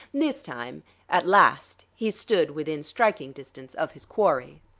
this time at last he stood within striking distance of his quarry.